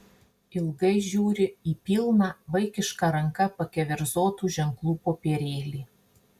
ilgai žiūri į pilną vaikiška ranka pakeverzotų ženklų popierėlį